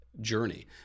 journey